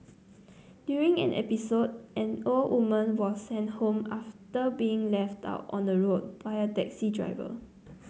during an episode an old woman was sent home after being left out on the road by a taxi driver